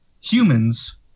humans